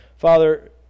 Father